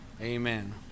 Amen